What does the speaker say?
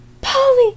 Polly